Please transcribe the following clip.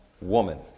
woman